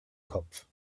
kopf